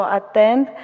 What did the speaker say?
attend